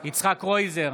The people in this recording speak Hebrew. יצחק קרויזר,